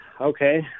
okay